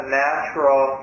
natural